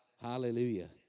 Hallelujah